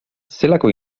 zelako